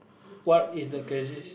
what is the craziest